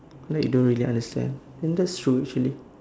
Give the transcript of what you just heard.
like don't really understand and that's true actually